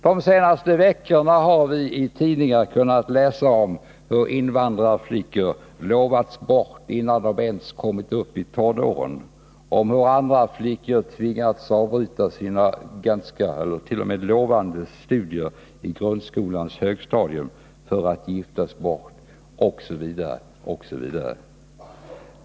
De senaste veckorna har vi i tidningar kunnat läsa om hur invandrarflickor lovats bort innan de ens kommit upp i tonåren, om hur flickor tvingats avbryta sina lovande studier på grundskolans högstadium för att giftas bort osv.